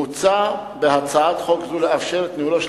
מוצע בהצעת חוק זו לאפשר את ניהולו של